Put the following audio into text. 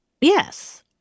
Yes